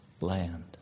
land